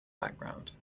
background